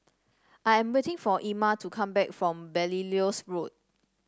I am waiting for Ima to come back from Belilios Road